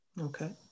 Okay